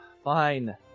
Fine